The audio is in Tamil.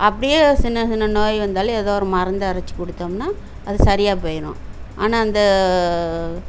அப்படியே சின்னச் சின்ன நோய் வந்தாலும் எதோ ஒரு மருந்து அரைச்சி கொடுத்தம்னா அது சரியாக போயிடும் ஆனால் இந்த